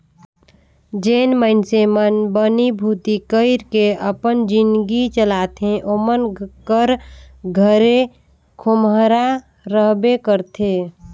जेन मइनसे मन बनी भूती कइर के अपन जिनगी चलाथे ओमन कर घरे खोम्हरा रहबे करथे